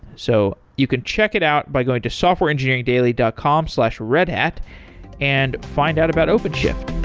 so you could check it out by going to softwareengineeringdaily dot com slash redhat and find out about openshift